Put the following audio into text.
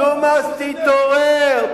ג'ומס, תתעורר.